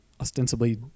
ostensibly